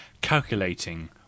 calculating